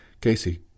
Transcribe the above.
Casey